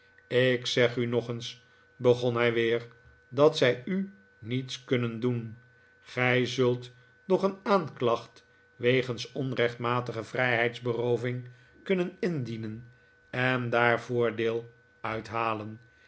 ik zeg u nog eens begon hij weer dat zij u niets kunnen doen gij zult nog een aanklacht wegens onrechtmatige vrijheidsberooving kunnen indienen en daar voordeel uithalen